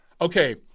okay